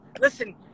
listen